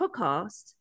podcast